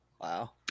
Wow